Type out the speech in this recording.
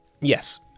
Yes